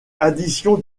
addition